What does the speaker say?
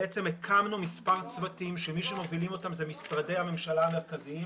הקמנו מספר צוותים שמי שמובילים אותם אלה משרדי הממשלה המרכזיים